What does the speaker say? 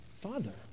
Father